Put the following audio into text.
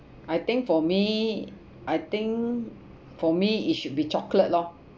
I think for me I think for me it should be chocolate lor